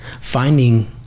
Finding